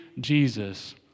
Jesus